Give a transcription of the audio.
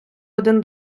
один